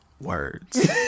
words